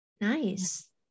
Nice